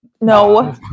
No